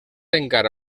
encara